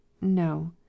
NO